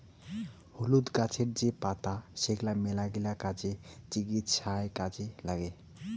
হলুদ গাছের যে পাতা সেগলা মেলাগিলা কাজে, চিকিৎসায় কাজে নাগে